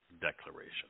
declaration